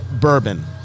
bourbon